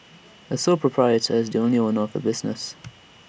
A sole proprietor is the only owner of A business